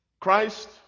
Christ